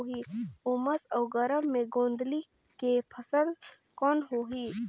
उमस अउ गरम मे गोंदली के फसल कौन होही?